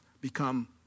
become